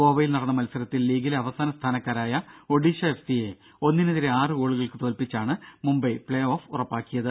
ഗോവയിൽ നടന്ന മത്സരത്തിൽ ലീഗിലെ അവസാന സ്ഥാനക്കാരായ ഒഡീഷ എഫ് സി യെ ഒന്നിനെതിരെ ആറു ഗോളുകൾക്ക് തോൽപിച്ചാണ് മുംബൈ പ്ലേഓഫ് ഉറപ്പിച്ചത്